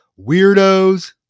weirdos